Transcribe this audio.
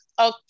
Okay